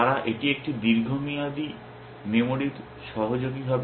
তারা এটি একটি দীর্ঘমেয়াদী মেমরির সহযোগী হবে